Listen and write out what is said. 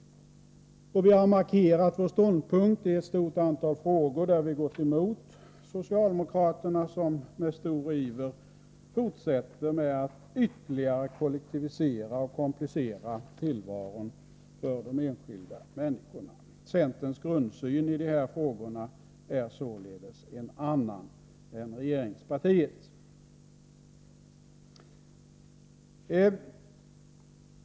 Vi har markerat vår ståndpunkt i ett stort antal frågor, där vi gått emot socialdemokraterna, som med stor iver fortsätter att ytterligare kollektivisera och komplicera tillvaron för de enskilda människorna. Centerns grundsyn i dessa frågor är således en annan än regeringspartiets.